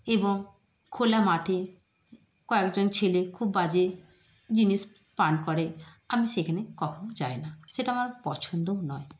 এবং খোলা মাঠে কয়েকজন ছেলে খুব বাজে জিনিস পান করে আমি সেখানে কখনও যাই না সেটা আমার পছন্দও নয়